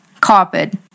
carpet